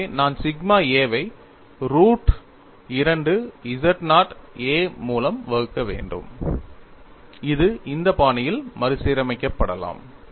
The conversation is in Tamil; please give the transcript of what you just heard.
எனவே நான் சிக்மா a வை ரூட் 2 z0 a மூலம் வகுக்க வேண்டும் இது இந்த பாணியில் மறுசீரமைக்கப்படலாம்